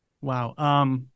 Wow